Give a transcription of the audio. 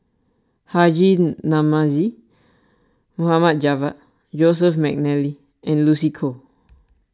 Haji Namazie Mohd Javad Joseph McNally and Lucy Koh